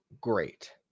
great